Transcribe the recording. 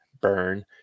burn